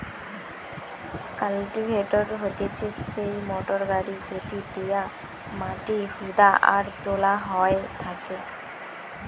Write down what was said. cultivator হতিছে সেই motor গাড়ি যেটি দিয়া মাটি হুদা আর তোলা হয় থাকে